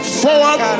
forward